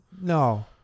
No